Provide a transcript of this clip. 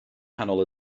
nghanol